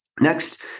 Next